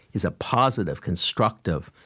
is a positive, constructive,